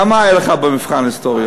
כמה היה לך במבחן בהיסטוריה?